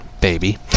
baby